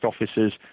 officers